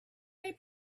they